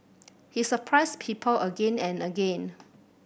he surprised people again and again